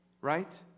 right